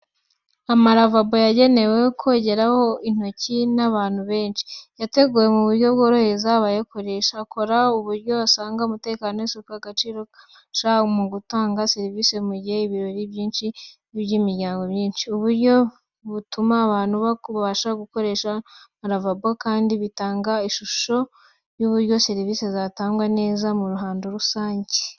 Amaravabo yagenewe kogeraho intoki n’abantu benshi. Yateguwe mu buryo bworohereza abayakoresha bose. Akora ku buryo usanga umutekano n’isuku bihabwa agaciro, kandi agafasha mu gutanga serivisi nziza mu gihe cy’ibirori cyangwa mu bikorwa by’imiryango myinshi. Ubu buryo butuma abantu babasha gukoresha amaravabo batikanga, kandi bitanga ishusho nziza y’uburyo serivisi zitangwa neza mu ruhando rusange.